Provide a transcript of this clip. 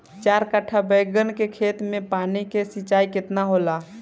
चार कट्ठा बैंगन के खेत में पानी के सिंचाई केतना होला?